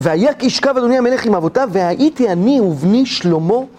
והיה כי ישכב אדוני המלך עם אבותיו, והייתי אני ובני שלמה